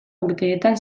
urteetan